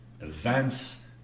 events